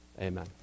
amen